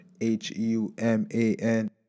H-U-M-A-N